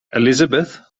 elizabeth